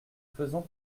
faisant